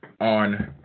on